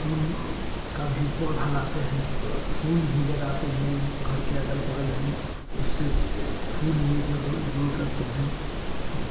फूल का पौधा लाते हैं फूल भी लगाते हैं घर के अगल बगल में उससे फूल भी जब ये करते हैं तब